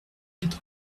quatre